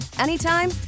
anytime